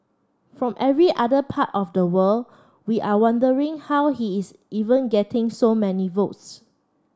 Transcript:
from every other part of the world we are wondering how he is even getting so many votes